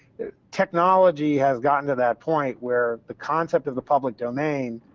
technology has gotten to that point, where the concept of the public domain